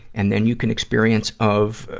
and then you can experience of, ah,